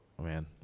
man